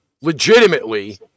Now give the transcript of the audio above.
legitimately